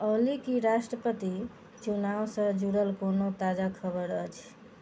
ऑली की राष्ट्रपति चुनावसँ जुड़ल कोनो ताजा खबर अछि